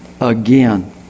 again